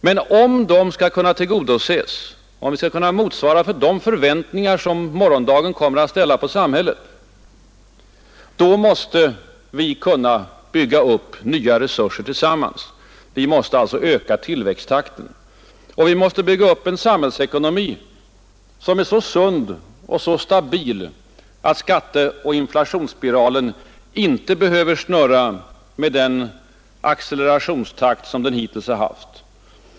Men om de skall kunna tillgodoses, om vi skall kunna motsvara de förväntningar som morgondagen kommer att ställa på samhället, då måste vi kunna bygga upp nya resurser tillsammans, Vi måste alltså öka tillväxttakten. Vi måste bygga upp en samhällsekonomi som är så sund och så stabil att skatteoch inflationsspiralen inte behöver snurra med den accelerationstakt som den hittills haft.